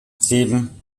sieben